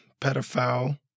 pedophile